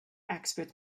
expert